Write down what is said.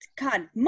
god